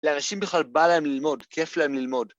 לאנשים בכלל בא להם ללמוד, כיף להם ללמוד.